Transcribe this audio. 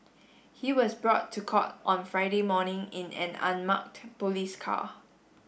he was brought to court on Friday morning in an unmarked police car